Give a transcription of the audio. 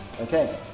okay